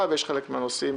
לוועדה וחלק מהנושאים